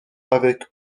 avec